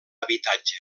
habitatge